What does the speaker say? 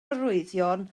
arwyddion